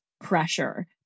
pressure